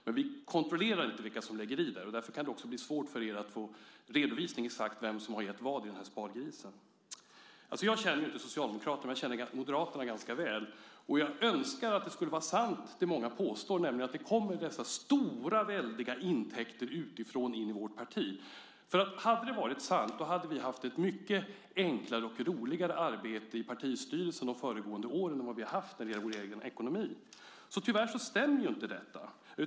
Men vi kontrollerar inte vilka som lägger i pengar där, och därför kan det också bli svårt för er att få en redovisning av exakt vem som har gett vad i spargrisen. Jag känner inte Socialdemokraterna, men jag känner Moderaterna ganska väl. Jag önskar att det som många påstår skulle vara sant, nämligen att det kommer stora, väldiga intäkter utifrån in till vårt parti. Om det hade varit sant så hade vi haft ett mycket enklare och roligare arbete i partistyrelsen de föregående åren än vad vi har haft när det gäller vår egen ekonomi. Tyvärr stämmer inte detta.